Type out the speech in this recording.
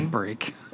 break